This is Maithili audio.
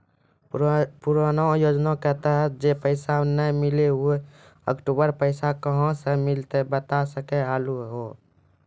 पुराना योजना के तहत जे पैसा नै मिलनी ऊ अक्टूबर पैसा कहां से मिलते बता सके आलू हो?